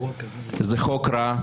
זה חוק רע,